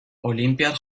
olinpiar